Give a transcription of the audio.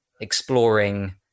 exploring